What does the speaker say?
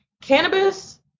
Cannabis